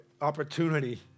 Opportunity